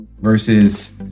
versus